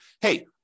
hey